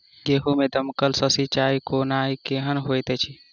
गेंहूँ मे दमकल सँ सिंचाई केनाइ केहन होइत अछि?